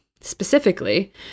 Specifically